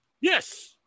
Yes